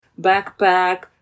backpack